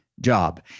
job